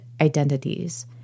identities